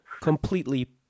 completely